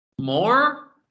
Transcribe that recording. More